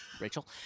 Rachel